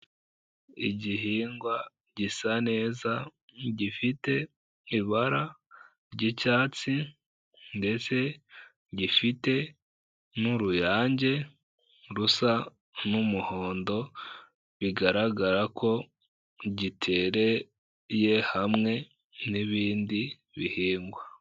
Igihingwa gisa neza gifite ibara ry'icyatsi ndetse gifite n'uruyange rusa n'umuhondo, bigaragara ko gitereye hamwe n'ibindi bihingwa.